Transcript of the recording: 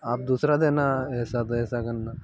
आप दूसरा देना करना